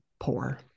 poor